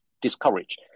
discourage